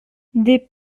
des